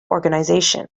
organization